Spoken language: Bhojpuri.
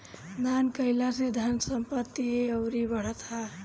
दान कईला से धन संपत्ति अउरी बढ़त ह